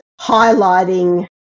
highlighting